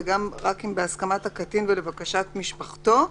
ורק בהסכמת הקטין ולבקשת משפחתו,